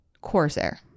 Corsair